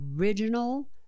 original